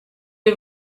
the